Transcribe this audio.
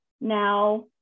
now